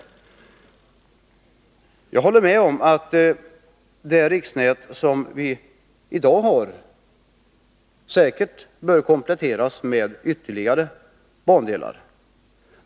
Jag håller med om att det riksnät som vi i dag har säkert bör kompletteras med ytterligare bandelar.